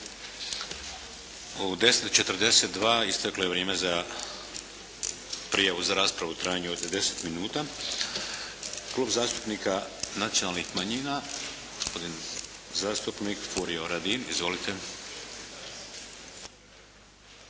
U 10,42 isteklo je vrijeme za prijavu za raspravu u trajanju od 10 minuta. Klub zastupnika Nacionalnih manjina, gospodin zastupnik Furio Radin. Izvolite.